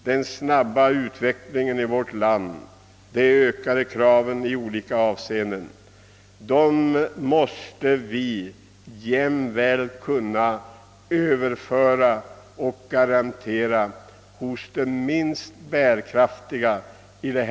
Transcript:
Vi måste låta också de ekonomiskt sämst lottade i vårt land få del av den snabba utveckling som vårt land genomgått på olika områden.